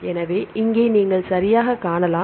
எனவே இங்கே நீங்கள் சரியாகக் காணலாம்